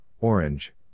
Orange